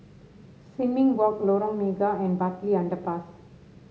Sin Ming Walk Lorong Mega and Bartley Underpass